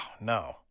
no